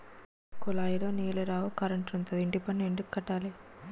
కులాయిలో నీలు రావు కరంటుండదు ఇంటిపన్ను ఎందుక్కట్టాల